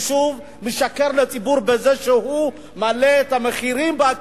הוא שוב משקר לציבור בזה שהוא מעלה את המחירים בעקיפין.